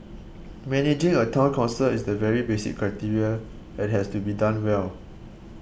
managing a Town Council is the very basic criteria and has to be done well